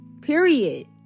Period